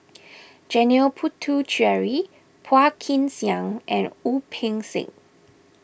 Janil Puthucheary Phua Kin Siang and Wu Peng Seng